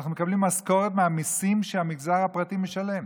אנחנו מקבלים משכורת מהמיסים שהמגזר הפרטי משלם.